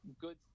good